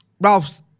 Ralph's